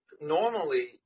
normally